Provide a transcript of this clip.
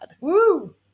Woo